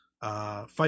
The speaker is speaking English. fight